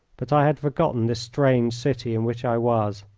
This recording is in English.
but i had forgotten this strange city in which i was.